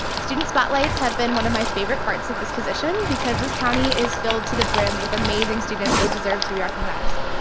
student spotlights have been one of my favorite parts of this position because this county is filled to the brim with amazing students that deserve to be recognized.